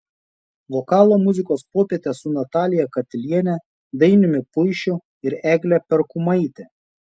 vokalo muzikos popietė su natalija katiliene dainiumi puišiu ir egle perkumaite